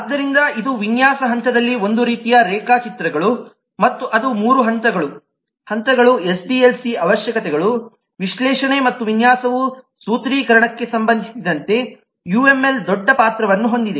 ಆದ್ದರಿಂದ ಇದು ವಿನ್ಯಾಸ ಹಂತದಲ್ಲಿ ಒಂದು ರೀತಿಯ ರೇಖಾಚಿತ್ರಗಳು ಮತ್ತು ಅದು 3 ಹಂತಗಳು ಹಂತಗಳು ಎಸ್ಡಿಎಲ್ಸಿ ಅವಶ್ಯಕತೆಗಳು ವಿಶ್ಲೇಷಣೆ ಮತ್ತು ವಿನ್ಯಾಸವು ಸೂತ್ರೀಕರಣಕ್ಕೆ ಸಂಬಂಧಿಸಿದಂತೆ ಯುಎಂಎಲ್ ದೊಡ್ಡ ಪಾತ್ರವನ್ನು ಹೊಂದಿದೆ